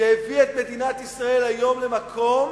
שהביא את מדינת ישראל היום למקום